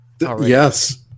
Yes